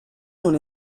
non